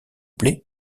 plaît